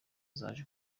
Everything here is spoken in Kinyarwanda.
zaje